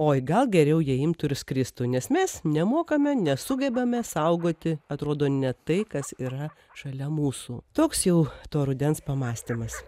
oi gal geriau jie imtų ir skristų nes mes nemokame nesugebame saugoti atrodo net tai kas yra šalia mūsų toks jau to rudens pamąstymas